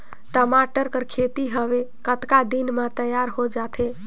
टमाटर कर खेती हवे कतका दिन म तियार हो जाथे?